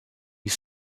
you